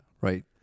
right